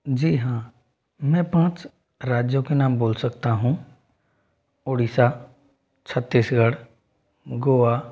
जी हाँ मैं पाँच राज्यों के नाम बोल सकता हूँ उड़ीसा छत्तीसगढ़ गोवा